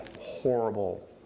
horrible